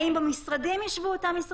האם במשרדים ישבו אותם שרים?